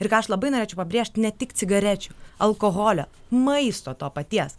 ir ką aš labai norėčiau pabrėžt ne tik cigarečių alkoholio maisto to paties